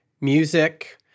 music